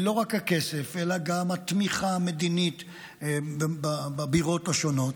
ולא רק הכסף אלא גם התמיכה המדינית בבירות השונות